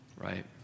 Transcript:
right